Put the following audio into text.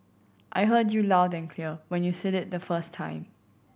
I heard you loud and clear when you said it the first time